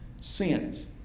sins